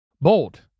Bold